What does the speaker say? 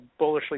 bullishly